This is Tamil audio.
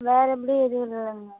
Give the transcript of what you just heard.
வேறு எப்படி எடுக்குறாங்க